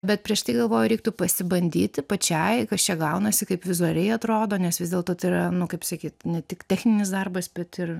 bet prieš tai galvoju reiktų pasibandyti pačiai kas čia gaunasi kaip vizualiai atrodo nes vis dėlto tai yra nu kaip sakyt ne tik techninis darbas bet ir